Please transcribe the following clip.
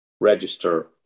register